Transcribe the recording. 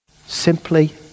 Simply